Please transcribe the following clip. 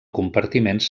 compartiments